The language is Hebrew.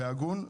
והגון.